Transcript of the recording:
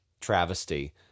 travesty